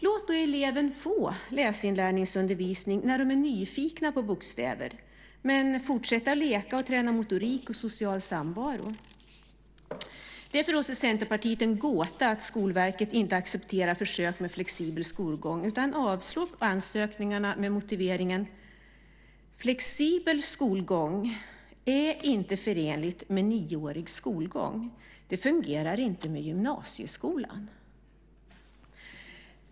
Låt då eleverna få läsinlärningsundervisning när de är nyfikna på bokstäver men fortsätta att leka och träna motorik och social samvaro. Det är för oss i Centerpartiet en gåta att Skolverket inte accepterar försök med flexibel skolgång utan avslår ansökningarna med motiveringen att flexibel skolgång inte är förenligt med nioårig skolgång. Det fungerar inte med gymnasieskolan.